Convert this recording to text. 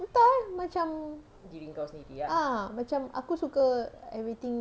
entah eh macam ah macam aku suka everything